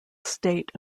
state